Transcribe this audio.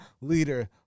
Leader